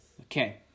Okay